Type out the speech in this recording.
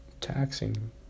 taxing